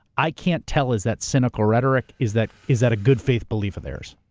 i can't tell is that cynical rhetoric? is that is that a good faith belief of theirs?